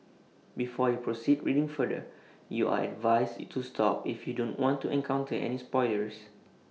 before you proceed reading further you are advised you to stop if you don't want to encounter any spoilers